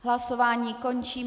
Hlasování končím.